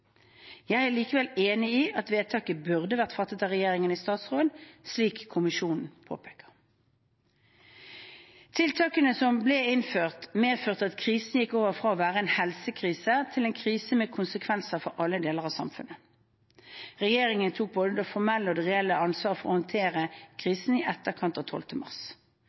Jeg er likevel enig i at vedtaket burde vært fattet av regjeringen i statsråd, slik kommisjonen påpeker. Tiltakene som ble innført, medførte at krisen gikk over fra å være en helsekrise til en krise med konsekvenser for alle deler av samfunnet. Regjeringen tok både det formelle og det reelle ansvaret for å håndtere krisen i etterkant av 12. mars.